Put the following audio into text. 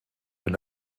wenn